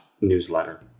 newsletter